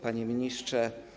Panie Ministrze!